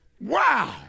Wow